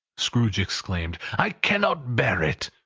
scrooge exclaimed, i cannot bear it!